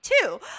two